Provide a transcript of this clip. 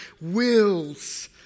wills